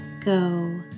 go